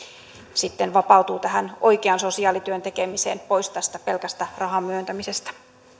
sitten vapautuu tähän oikeaan sosiaalityön tekemiseen pois tästä pelkästä rahan myöntämisestä